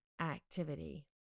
activity